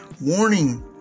warning